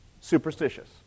superstitious